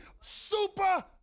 super